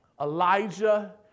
Elijah